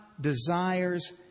desires